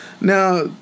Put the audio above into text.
Now